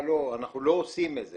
"לא אנחנו לא עושים את זה".